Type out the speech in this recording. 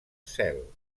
cel